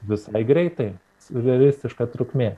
visai greitai siurrealistiška trukmė